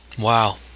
Wow